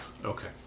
Okay